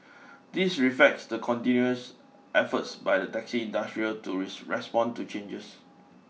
this reflects the continuous efforts by the taxi industry to respond to changes